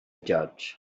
judge